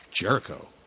Jericho